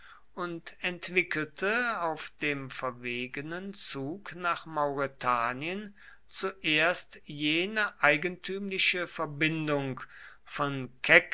und entwickelte auf dem verwegenen zug nach mauretanien zuerst jene eigentümliche verbindung von